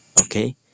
Okay